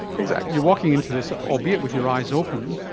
exactly. you're walking into this, albeit with your eyes open,